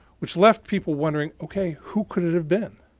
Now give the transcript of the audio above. which left people wondering, okay. who could it have been?